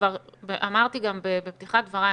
אמרתי גם בפתיחת דבריי,